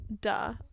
duh